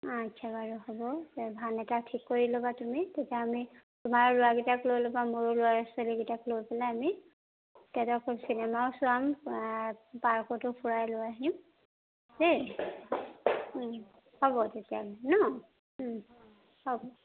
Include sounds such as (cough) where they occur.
অঁ আচ্ছা বাৰু হ'ব ভান এটা ঠিক কৰি ল'বা তুমি তেতিয়া আমি তোমাৰো ল'ৰাকেইটাক লৈ ল'বা মোৰো ল'ৰা ছোৱালীকেইটাক লৈ পেলাই আমি (unintelligible) চিনেমাও চাম পাৰ্কতো ফুৰাই লৈ আহিম দেই হ'ব তেতিয়া নহ্ হ'ব